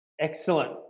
Excellent